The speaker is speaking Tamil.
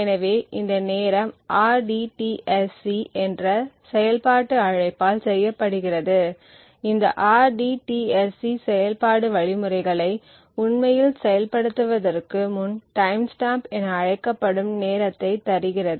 எனவே இந்த நேரம் rdtsc என்ற செயல்பாட்டு அழைப்பால் செய்யப்படுகிறது இந்த rdtsc செயல்பாடு வழிமுறைகளை உண்மையில் செயல்படுத்துவதற்கு முன் டைம் ஸ்டாம்ப் என அழைக்கப்படும் நேரத்தை தருகிறது